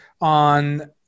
on